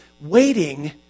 waiting